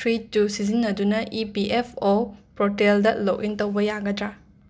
three two ꯁꯤꯖꯤꯟꯅꯗꯨꯅ E P F O ꯄꯣꯔꯇꯦꯜꯗ log in ꯇꯧꯕ ꯌꯥꯒꯗ꯭ꯔꯥ